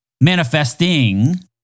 Manifesting